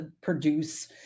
produce